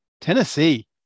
Tennessee